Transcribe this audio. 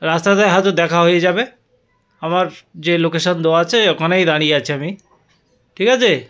রাস্তাতে হয়তো দেখা হয়ে যাবে আমার যে লোকেশন দেওয়া আছে ওখানেই দাঁড়িয়ে আছি আমি ঠিক আছে